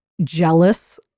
jealous